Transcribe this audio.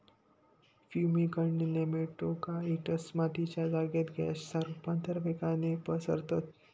fumigant nematicides मातीच्या जागेत गॅसच्या रुपता वेगाने पसरतात